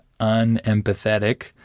unempathetic